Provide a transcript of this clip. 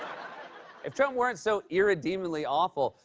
if trump weren't so irredeemably awful,